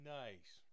nice